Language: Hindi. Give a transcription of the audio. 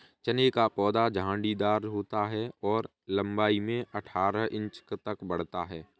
चने का पौधा झाड़ीदार होता है और लंबाई में अठारह इंच तक बढ़ता है